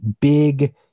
big